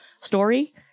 story